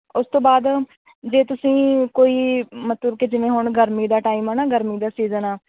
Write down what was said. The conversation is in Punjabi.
ਉਸ ਤੋਂ ਬਾਅਦ ਜੇ ਤੁਸੀਂ ਕੋਈ ਮਤਲਬ ਕਿ ਜਿਵੇਂ ਹੁਣ ਗਰਮੀ ਦਾ ਟਾਈਮ ਆ ਨਾ ਗਰਮੀ ਦਾ ਸੀਜ਼ਨ ਆ